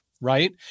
Right